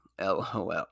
LOL